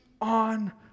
on